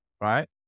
right